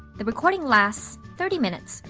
the recording lasts thirty minutes,